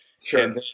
Sure